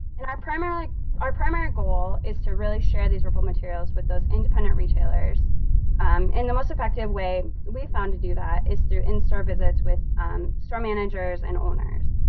and our primary like our primary goal is to really share these ripple materials with those independent retailers um and the most effective way we found to do that is through in-store visits with store managers and owners,